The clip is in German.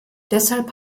deshalb